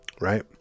Right